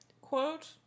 quote